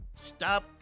stop